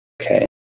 Okay